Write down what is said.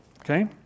Okay